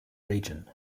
region